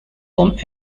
home